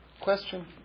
question